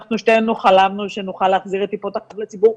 שאנחנו שתינו חלמנו שנוכל להחזיר את טיפות החלב לציבור,